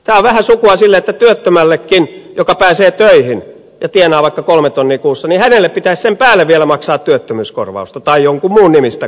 tämä on vähän sukua sille että työttömällekin joka pääsee töihin ja tienaa vaikka kolme tonnia kuussa pitäisi sen päälle vielä maksaa työttömyyskorvausta tai jonkun muun nimistä korvausta